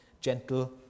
gentle